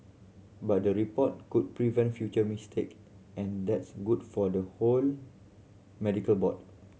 but the report could prevent future mistake and that's good for the whole medical board